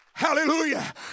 Hallelujah